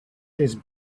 his